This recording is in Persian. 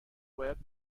باید